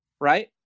right